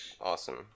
awesome